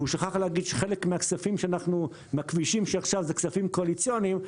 שכח להגיד שחלק מהכספים לכבישים עכשיו זה כספים קואליציוניים,